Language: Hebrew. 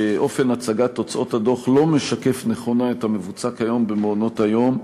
שאופן הצגת תוצאות הדוח לא משקף נכונה את המבוצע כיום במעונות-היום.